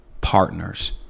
partners